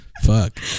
Fuck